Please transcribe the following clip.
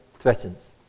threatens